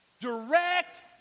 Direct